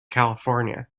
california